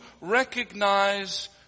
recognize